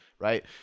right